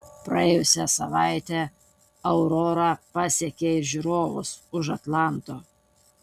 praėjusią savaitę aurora pasiekė ir žiūrovus už atlanto